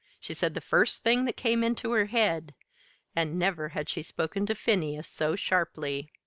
she said the first thing that came into her head and never had she spoken to phineas so sharply.